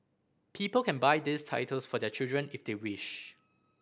people can buy these titles for their children if they wish